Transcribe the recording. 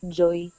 joy